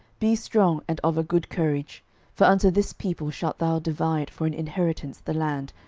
be strong and of a good courage for unto this people shalt thou divide for an inheritance the land,